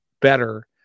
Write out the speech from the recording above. better